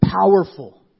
powerful